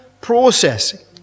process